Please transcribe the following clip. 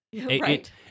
Right